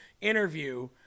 Interview